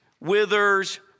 withers